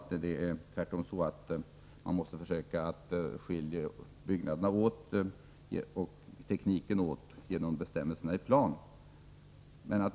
Tvärtom tror jag att man måste försöka skilja byggnaderna och tekniken åt genom bestämmelserna i planen.